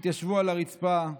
התיישבו על הרצפה,